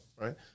right